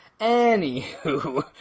Anywho